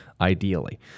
ideally